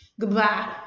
goodbye